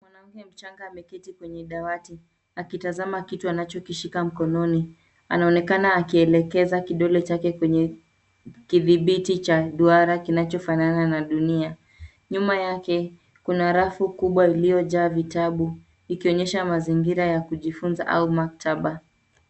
Mwanamke mchanga ameketi kwenye dawati akitazama kitu anachokishika mkononi. Anaonekana akielekeza kidole chake kwenye kidhibiti cha duara kinachofanana na dunia. Nyuma yake kuna rafu kubwa iliyojaa vitabu ikionyesha mazingira ya kujifunza au maktaba.